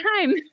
time